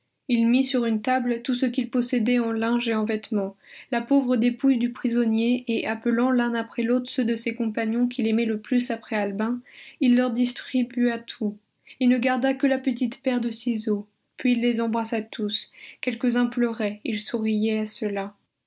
il mit sur une table tout ce qu'il possédait en linge et en vêtements la pauvre dépouille du prisonnier et appelant l'un après l'autre ceux de ses compagnons qu'il aimait le plus après albin il leur distribua tout il ne garda que la petite paire de ciseaux puis il les embrassa tous quelques-uns pleuraient il souriait à ceux-là